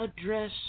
address